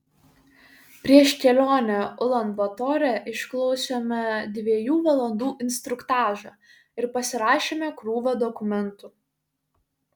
prieš kelionę ulan batore išklausėme dviejų valandų instruktažą ir pasirašėme krūvą dokumentų